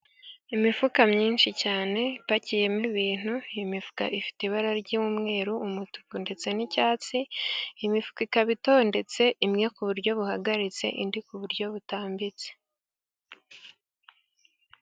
Imifuka myinshi cyane ipakiyemo ibintu, imifuka ifite ibara ry'umweru, umutuku ndetse n'icyatsi, imifuka ikaba itondetse imwe ku buryo buhagaritse, indi ku buryo butambitse.